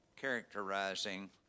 characterizing